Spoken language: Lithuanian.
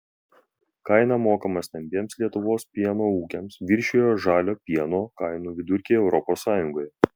kaina mokama stambiems lietuvos pieno ūkiams viršijo žalio pieno kainų vidurkį europos sąjungoje